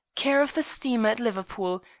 care of the steamer at liverpool,